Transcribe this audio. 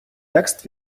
текст